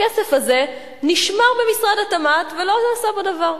הכסף הזה נשמר במשרד התמ"ת, ולא נעשה בו דבר.